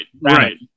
right